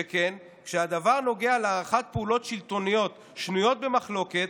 שכן כשהדבר נוגע להערכת פעולות שלטוניות שנויות במחלוקת,